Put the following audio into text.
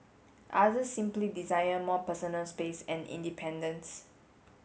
others simply desire more personal space and independence